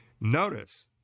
Notice